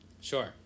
sure